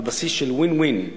על בסיס של win-win.